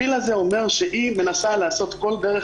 הפיל הזה אומר שהיא מנסה לעשות כל דרך